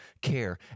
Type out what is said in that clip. care